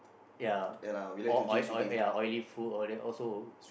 ya all oil oil ya oily food all that also